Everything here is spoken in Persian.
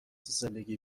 زندگی